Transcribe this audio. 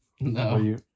no